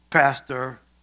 pastor